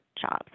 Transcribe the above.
jobs